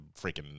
freaking